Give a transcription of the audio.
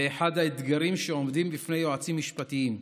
זה אחד האתגרים שעומדים בפני יועצים משפטיים.